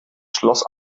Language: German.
schloss